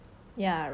ya right right